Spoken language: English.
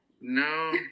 No